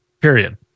period